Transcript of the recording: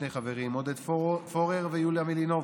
שני חברים: עודד פורר ויוליה מלינובסקי,